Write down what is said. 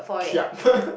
kiap